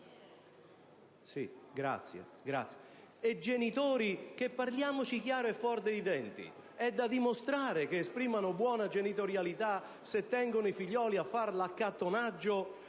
e genitori che, parliamoci chiaro e fuor dai denti, è da dimostrare che esprimano una buona genitorialità, se tengono i figlioli a fare l'accattonaggio